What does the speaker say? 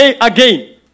again